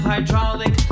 hydraulic